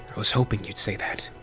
i was hoping you'd say that.